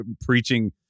preaching